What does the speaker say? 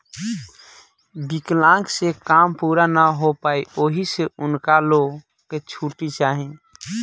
विकलांक से काम पूरा ना हो पाई ओहि से उनका लो के छुट्टी चाही